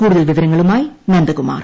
കൂടുതൽ വിവരങ്ങളുമായി നന്ദകുമാർ